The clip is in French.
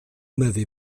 m’avez